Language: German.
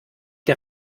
der